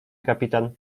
kapitan